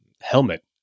helmet